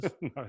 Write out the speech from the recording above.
No